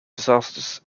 disasters